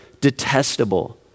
detestable